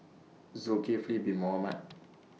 Zulkifli Bin Mohamed